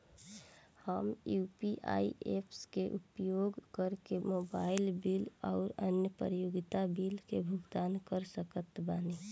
हम UPI apps के उपयोग करके मोबाइल बिल आउर अन्य उपयोगिता बिलन के भुगतान कर सकत बानी